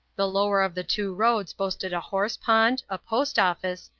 the lower of the two roads boasted a horse-pond, a post office,